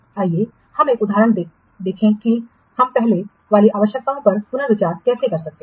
आइए हम एक उदाहरण देखें कि हम पहले वाली आवश्यकताओं पर पुनर्विचार कैसे कर सकते हैं